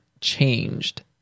changed